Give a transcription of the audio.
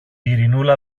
ειρηνούλα